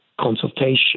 consultation